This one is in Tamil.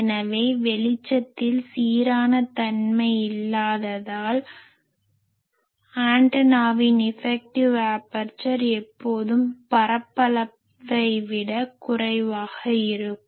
எனவே வெளிச்சத்தில் சீரான தன்மை இல்லாததால் ஆண்டனாவின் இஃபெக்டிவ் ஆபர்சர் எப்போதும் பரப்பளவை விட குறைவாக இருக்கும்